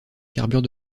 carbure